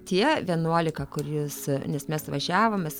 tie vienuolika kur jūs nes mes važiavom mes